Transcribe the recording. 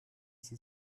sie